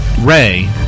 Ray